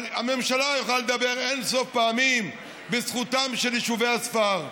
אבל הממשלה יכולה לדבר אין-סוף פעמים בזכותם של יישובי הספר,